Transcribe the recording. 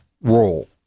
role